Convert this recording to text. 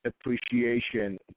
appreciation